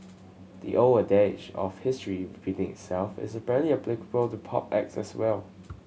the old adage of history repeating itself is apparently applicable to pop acts as well